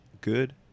good